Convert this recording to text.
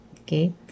Okay